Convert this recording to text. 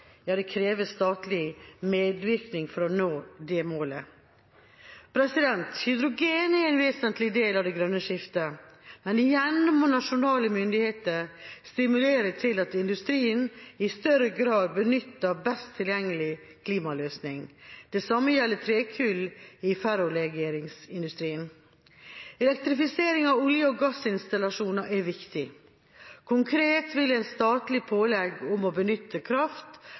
statlig medvirkning for å nå det målet. Hydrogen er en vesentlig del av det grønne skiftet, men igjen må nasjonale myndigheter stimulere til at industrien i større grad benytter den best tilgjengelige klimaløsningen. Det samme gjelder trekull i ferrolegeringsindustrien. Elektrifisering av olje- og gassinstallasjoner er viktig. Konkret vil et statlig pålegg om å benytte kraft